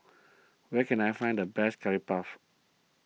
where can I find the best Curry Puff